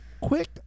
Quick